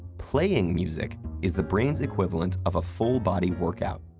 playing music is the brain's equivalent of a full-body workout.